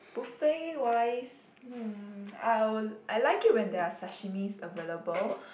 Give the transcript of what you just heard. buffet wise mm I'll I like it when there are sashimis available